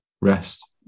rest